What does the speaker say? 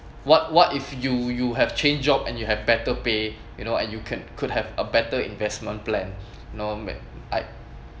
what what if you you have change job and you have better pay you know and you can could have a better investment plan you know may I